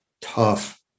tough